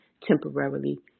temporarily